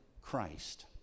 Christ